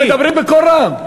אתם גם מדברים בקול רם.